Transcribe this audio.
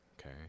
okay